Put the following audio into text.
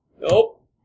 Nope